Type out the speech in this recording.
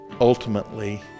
ultimately